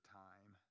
time